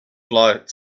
flight